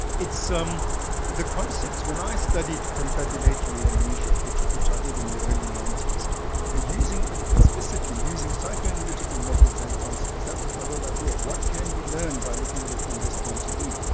it's the concepts when i studied confabulatory amnesia, which which i did in the early ninety s, ah using explicitly using psychoanalytical methods and concepts. that was the whole idea what can we learn by looking at it from this point of view?